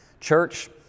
Church